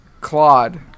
Claude